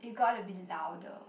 you gotta be louder